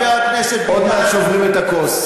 עוד מעט שוברים את הכוס.